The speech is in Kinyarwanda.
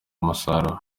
umusaruro